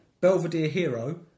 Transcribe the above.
belvederehero